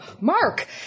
Mark